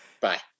Bye